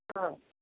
ಹಾಂ